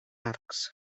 arcs